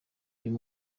uyu